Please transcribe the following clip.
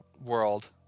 world